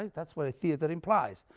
that's what a theatre implies.